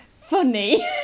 funny